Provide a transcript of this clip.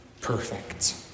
perfect